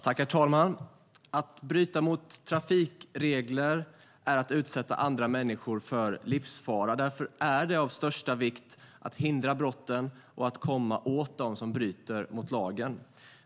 Herr talman! Att bryta mot trafikregler är att utsätta andra människor för livsfara. Därför är det av största vikt att hindra brotten och att komma åt dem som bryter mot lagen.